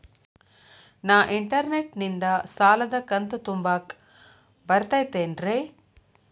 ನಾ ಇಂಟರ್ನೆಟ್ ನಿಂದ ಸಾಲದ ಕಂತು ತುಂಬಾಕ್ ಬರತೈತೇನ್ರೇ?